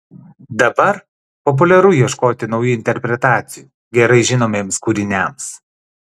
dabar populiaru ieškoti naujų interpretacijų gerai žinomiems kūriniams